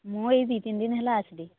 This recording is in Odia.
ମୁଁ ଏଇ ଦୁଇ ତିନି ଦିନ ହେଲା ଆସିଲି